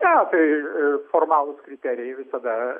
ne tai formalūs kriterijai visada